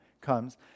comes